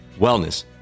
Wellness